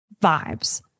vibes